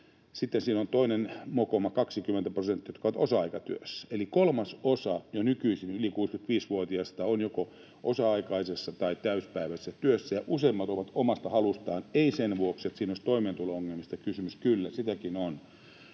Sitten siinä on toinen mokoma, 20 prosenttia, jotka ovat osa-aikatyössä. Eli jo nykyisin kolmasosa yli 65-vuotiaista on joko osa-aikaisessa tai täyspäiväisessä työssä, ja useimmat ovat omasta halustaan — eivät sen vuoksi, että siinä olisi toimeentulo-ongelmista kysymys. Kyllä sitäkin on,